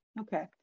Okay